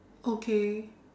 okay